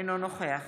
אינו נוכח